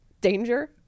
danger